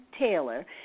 Taylor